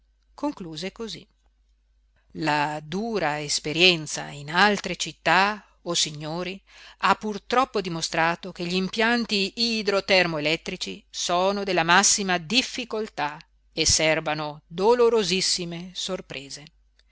concluse cosí la dura esperienza in altre città o signori ha purtroppo dimostrato che gl'impianti idro-termo-elettrici sono della massima difficoltà e serbano dolorosissime sorprese